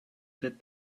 that